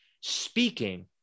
speaking